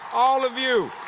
all of you.